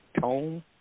Tone